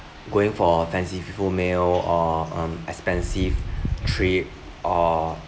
going for a fanciful meal or um expensive trip or